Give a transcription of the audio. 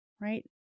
right